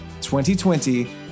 2020